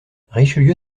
richelieu